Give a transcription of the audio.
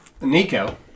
Nico